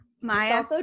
Maya